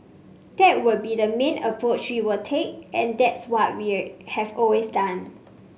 that would be the main approach we would take and that's what we have always done